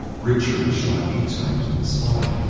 richard is shot eight times in the spine,